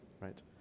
right